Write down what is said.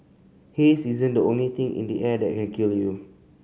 haze isn't the only thing in the air that kill you